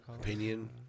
Opinion